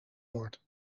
wordt